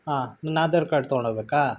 ಹಾಂ ನನ್ನ ಆಧಾರ್ ಕಾರ್ಡ್ ತೊಗೊಂಡೋಗ್ಬೇಕಾ